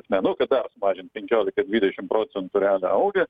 ta prasme sumažint penkiolika dvidešimt procentų realią algą